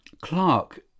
clark